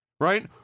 right